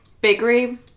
bakery